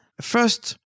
First